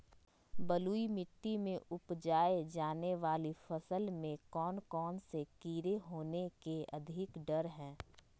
बलुई मिट्टी में उपजाय जाने वाली फसल में कौन कौन से कीड़े होने के अधिक डर हैं?